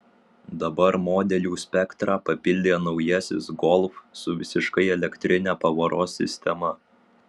dabar modelių spektrą papildė naujasis golf su visiškai elektrine pavaros sistema